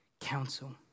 council